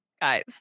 guys